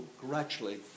gradually